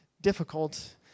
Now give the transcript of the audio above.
difficult